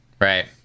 right